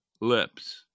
lips